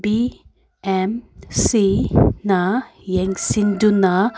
B M ꯁꯤꯅ ꯌꯦꯡꯁꯤꯟꯗꯨꯅ